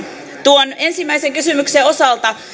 tuon ensimmäisen kysymyksen osalta